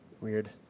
Weird